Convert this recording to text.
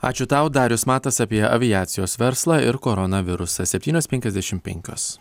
ačiū tau darius matas apie aviacijos verslą ir koronavirusą septynios penkiasdešim penkios